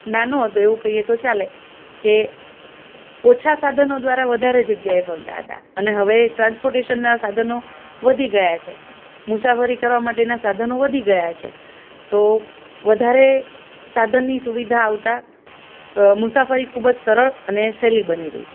નાનો હતો એવું કહીએ તો ચાલે કે ઓછા સાધનો દ્વારા વધારે જગ્યાએ ફરતા હતા અને હવે ટ્રાન્સપોર્ટેશનના સાધનો વધી ગયા છે મુસાફરી કરવા માટેના સાધનો વધી ગયા છે તો વધારે સાધનની સુવિધા આવતાં મુસાફરી સરળ અને સહેલી બની રહી છે